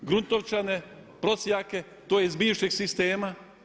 Gruntovčane, Prosjake, to je iz bivšeg sistema.